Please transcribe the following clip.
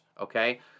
okay